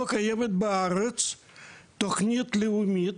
לא קיימת בארץ תוכנית לאומית,